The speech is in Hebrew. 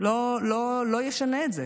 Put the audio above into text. לא ישנו את זה.